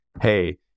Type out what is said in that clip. hey